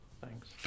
thanks